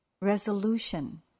resolution